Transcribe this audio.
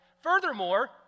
Furthermore